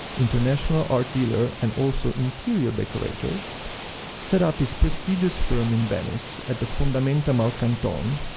international art dealer and also interior decorator set up his prestigious firm in venice at the fondamenta malcanton.